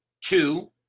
two